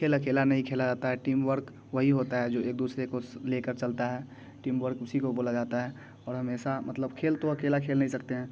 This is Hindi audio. खेल अकेला नहीं खेला जाता है टीमवर्क वही होता है जो एक दूसरे को लेकर चलता है टीमवर्क उसी को बोला जाता है और हमेशा मतलब खेल तो अकेला खेल नहीं सकते हैं